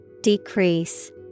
Decrease